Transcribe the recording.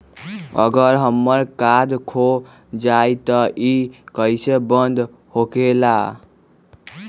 अगर हमर कार्ड खो जाई त इ कईसे बंद होकेला?